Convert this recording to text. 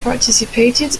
participated